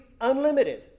unlimited